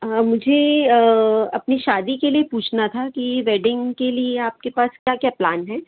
हाँ मुझे अपनी शादी के लिए पूछना था कि वेडिंग के लिए आपके पास क्या क्या प्लान हैं